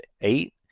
eight